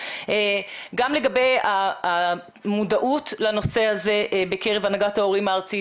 גם לגבי המודעות לנושא הזה בקרב הנהגת ההורים הארצית